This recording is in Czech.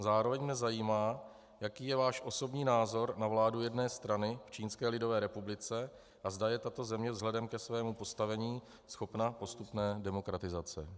Zároveň mě zajímá, jaký je váš osobní názor na vládu jedné strany v Čínské lidové republice a zda je tato země vzhledem ke svému postavení schopna postupné demokratizace.